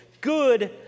good